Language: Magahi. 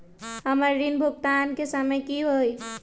हमर ऋण भुगतान के समय कि होई?